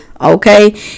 Okay